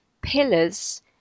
pillars